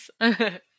Yes